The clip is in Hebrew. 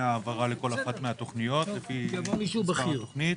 ההעברה לכל אחת מהתכניות לפי שכר התכנית,